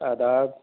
آداب